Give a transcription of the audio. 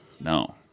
No